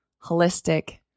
holistic